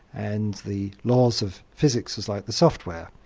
and the laws of physics as like the software.